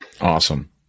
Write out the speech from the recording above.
Awesome